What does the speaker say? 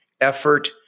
effort